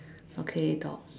okay dog